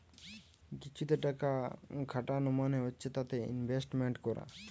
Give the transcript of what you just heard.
কিছুতে টাকা খাটানো মানে হচ্ছে তাতে ইনভেস্টমেন্ট করা